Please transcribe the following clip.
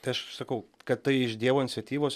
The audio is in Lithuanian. tai aš sakau kad tai iš dievo iniciatyvos